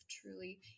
truly